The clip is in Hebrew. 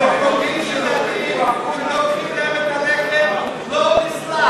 לוקחים לילדים את הלחם, לא נסלח.